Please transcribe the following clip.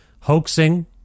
hoaxing